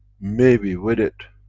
maybe with it,